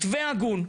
מתווה הגון,